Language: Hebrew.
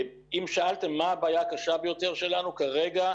אם שאלתם מה הבעיה הקשה ביותר שלנו כרגע,